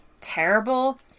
terrible